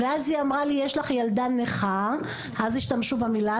ואז היא אמרה לי: יש לך ילדה נכה אז השתמשו במילה.